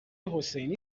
حسینی